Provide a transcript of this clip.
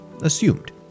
assumed